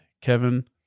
Kevin